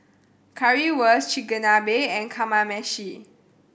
Currywurst Chigenabe and Kamameshi